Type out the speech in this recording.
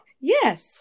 Yes